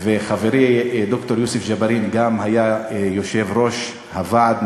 חברי ד"ר יוסף ג'בארין גם היה יושב-ראש הוועד,